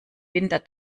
winter